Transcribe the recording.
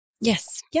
Yes